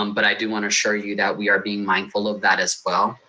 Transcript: um but i do want to assure you that we are being mindful of that as well.